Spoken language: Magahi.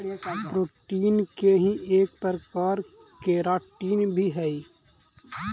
प्रोटीन के ही एक प्रकार केराटिन भी हई